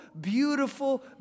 beautiful